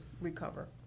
recover